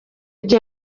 gihe